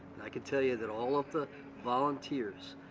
i can tell you that all of the volunteers,